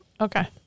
Okay